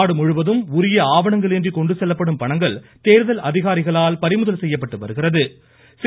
நாடு முழுவதும் உரிய ஆவணங்கள் இன்றி கொண்டு செல்லப்படும் பணங்கள் தேர்தல் அதிகாரிகளால் பறிமுதல் செய்யப்பட்டு வருகிறது